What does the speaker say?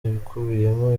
ikubiyemo